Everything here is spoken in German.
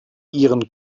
ihren